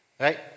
Right